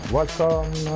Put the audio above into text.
welcome